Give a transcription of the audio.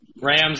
Rams